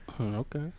Okay